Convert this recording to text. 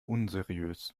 unseriös